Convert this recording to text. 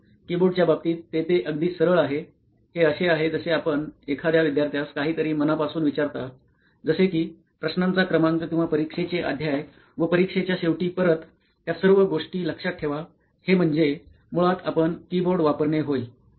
तर कीबोर्डच्या बाबतीत ते ते अगदी सरळ आहे हे असे आहे जसे आपण एखाद्या विद्यार्थ्यास काहीतरी मनापासून विचारता जसे कि प्रश्नाचा क्रमांक किंवा परीक्षेचे अध्याय व परीक्षेच्या शेवटी परत त्या सर्व गोष्टी लक्षात ठेवा हे म्हणजे मुळात आपण कीबोर्ड वापरणे होय